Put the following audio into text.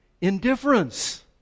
Indifference